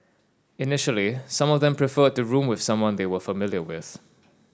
initially some of them preferred to room with someone they were familiar with